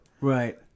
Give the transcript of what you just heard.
right